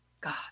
God